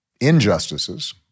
injustices